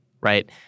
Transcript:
right